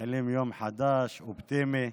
מתחילים יום חדש, אופטימי,